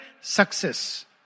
Success